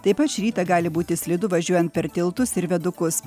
taip pat šį rytą gali būti slidu važiuojant per tiltus ir vėdukus